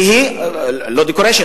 לא decoration,